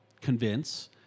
convince